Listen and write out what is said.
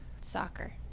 Soccer